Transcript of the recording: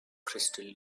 crystal